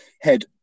head